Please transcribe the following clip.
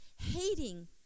hating